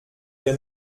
ihr